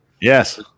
Yes